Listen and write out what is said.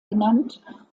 genannt